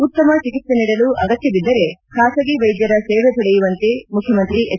ಉತ್ತಮ ಚಿಕಿತ್ಸೆ ನೀಡಲು ಅಗತ್ಯ ಬಿದ್ದರೆ ಖಾಸಗಿ ವೈದ್ಯರ ಸೇವೆ ಪಡೆಯುವಂತೆ ಮುಖ್ಯಮಂತ್ರಿ ಎಚ್